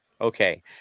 okay